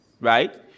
Right